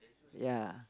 ya